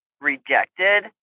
rejected